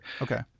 Okay